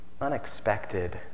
Unexpected